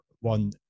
one